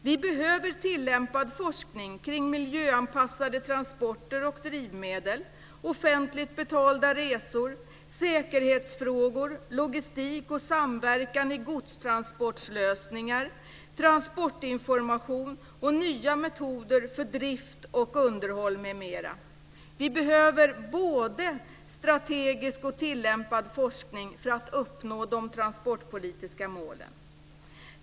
Vi behöver tillämpad forskning kring miljöanpassade transporter och drivmedel, offentligt betalda resor, säkerhetsfrågor, logistik och samverkan i godstransportlösningar, transportinformation och nya metoder för drift och underhåll, m.m. Vi behöver både strategisk och tillämpad forskning för att uppnå de transportpolitiska målen.